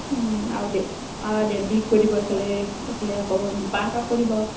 আৰু দে দেৱীক কৈ দিব এইফালে এইফালে আকৌ নিপাহঁতক কৈ দিব